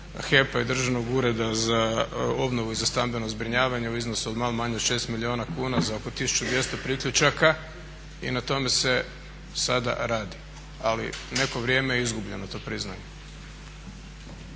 HEP-a i Državnog ureda za obnovu i za stambeno zbrinjavanje u iznosu od malo manje od 6 milijuna kuna za oko 1200 priključaka i na tome se sada radi. Ali neko vrijeme je izgubljeno, to priznajem.